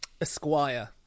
Esquire